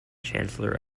chancellor